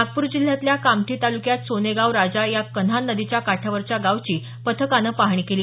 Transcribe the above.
नागपूर जिल्ह्यातल्या कामठी तालुक्यात सोनेगाव राजा या कन्हान नदीच्या काठावरच्या गावाची पथकानं पाहणी केली